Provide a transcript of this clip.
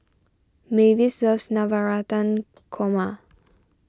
Mavis loves Navratan Korma